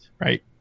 Right